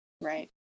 Right